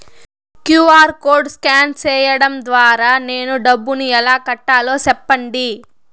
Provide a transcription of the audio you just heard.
QR code scan సేయడం ద్వారా నేను డబ్బును ఎలా కట్టాలో సెప్పండి?